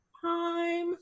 Time